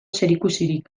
zerikusirik